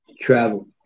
travel